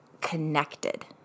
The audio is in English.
connected